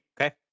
okay